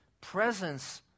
presence